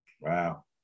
Wow